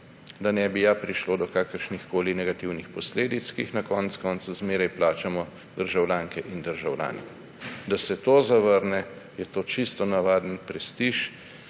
ja ne bi prišlo do kakršnihkoli negativnih posledic, ki jih na koncu koncev zmeraj plačamo državljanke in državljani. Da se to zavrne, je čisto navaden prestiž.